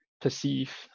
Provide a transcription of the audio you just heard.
perceive